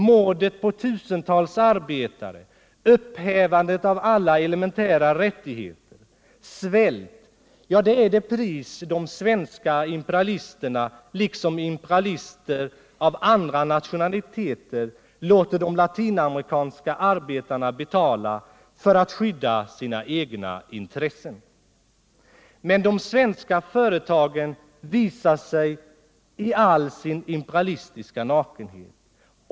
Mordet på tusentals arbetare, upphävandet av alla elementära rättigheter och svält är det pris de svenska imperialisterna — liksom imperialister av andra nationaliteter — låter de latinamerikanska arbetarna betala för att skydda sina egna intressen. Men de svenska företagen visar sig i all sin imperialistiska nakenhet.